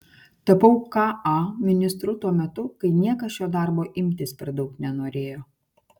tapau ka ministru tuo metu kai niekas šio darbo imtis per daug nenorėjo